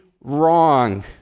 wrong